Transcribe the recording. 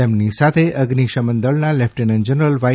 તેમની સાથે અઝિશમનદળના લેફ્ટેનન્ટ જનરલ વાથ